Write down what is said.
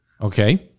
Okay